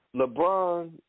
LeBron